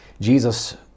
Jesus